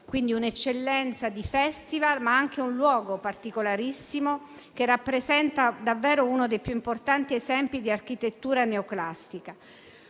d'eccellenza, ma anche di un luogo particolarissimo, che rappresenta davvero uno dei più importanti esempi di architettura neoclassica.